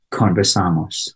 Conversamos